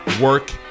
work